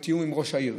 בתיאום עם ראש העיר,